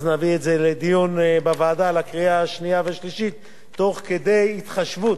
ואז נביא את זה לדיון בוועדה לקראת קריאה שנייה ושלישית תוך כדי התחשבות